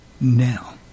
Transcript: now